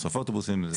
מסופי אוטובוסים.